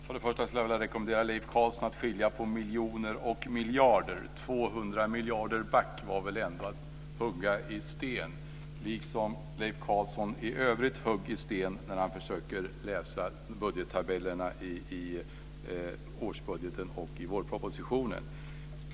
Fru talman! Jag skulle vilja rekommendera Leif Carlson att skilja på miljoner och miljarder. "200 miljarder back" var väl ändå att hugga i sten, liksom Leif Carlson i övrigt högg i sten när han försökte läsa budgettabellerna i årsbudgeten och i vårpropositionen.